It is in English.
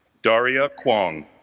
daria kwang